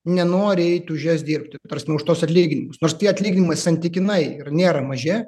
nenori eiti už juos dirbti ta prasme už tuos atlyginimus nors tie atlyginimai santykinai ir nėra maži